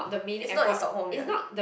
is not is not home ya